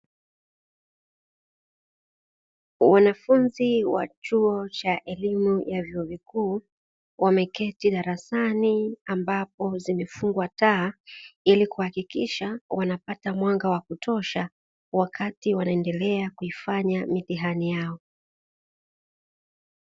Wanafunzi wa chuo cha elimu ya vyuo vikuu, wameketi darasani ambapo zimefungwa taa, ili kuhakikisha wanapata mwanga wa kutosha, wakati wanaendelea kuifanya mitihani yao.